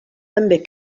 també